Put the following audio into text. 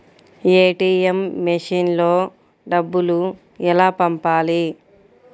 ATM మెషిన్లో డబ్బులు ఎలా పంపాలి?